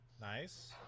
Nice